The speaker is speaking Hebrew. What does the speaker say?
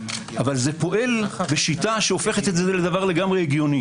אבל זה פועל בשיטה שהופכת את זה להגיוני.